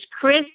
Chris